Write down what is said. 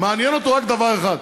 מעניין אותו רק דבר אחד,